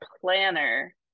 planner